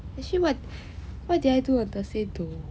actually what what did I do on thursday though